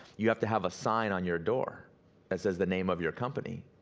you have to have a sign on your door that says the name of your company,